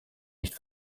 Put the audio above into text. nicht